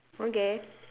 okay